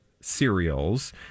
cereals